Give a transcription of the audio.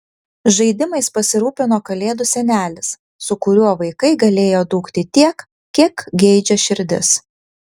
žaidimais pasirūpino kalėdų senelis su kuriuo vaikai galėjo dūkti tiek kiek geidžia širdis